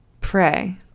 pray